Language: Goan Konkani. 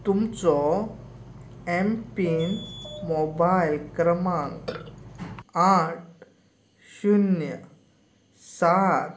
तुमचो एम पीन मोबायल क्रमांक आठ शुन्य सात